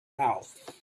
house